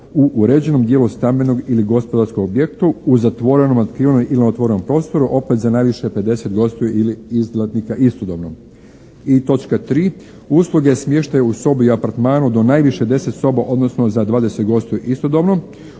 u uređenom dijelu stambenog ili gospodarskog objekata u zatvorenom ili otvorenom prostoru opet za najviše pedeset gostiju ili izletnika istodobno." I točka 3., usluge smještaja u sobi, apartmanu do najviše deset soba odnosno za dvadeset gostiju istodobno